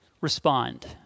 respond